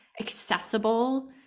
accessible